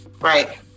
right